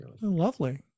Lovely